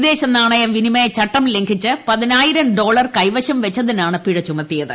വിദേശ നാണയ വിനിമയ ചട്ടം ലംഘിച്ച് പതിനായിരം ഡോളർ കൈവശം വച്ചതിനാണ് പിഴ ചുമത്തിയത്